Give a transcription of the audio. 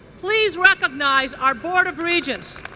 please recognize our board of regents.